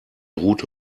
route